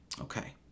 Okay